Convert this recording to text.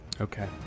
Okay